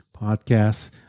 podcasts